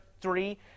three